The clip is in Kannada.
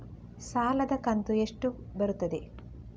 ಸಾಲದ ಕಂತು ಎಷ್ಟು ಬರುತ್ತದೆ?